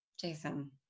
Jason